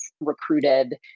recruited